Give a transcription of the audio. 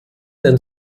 denn